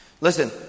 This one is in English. Listen